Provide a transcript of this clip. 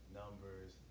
numbers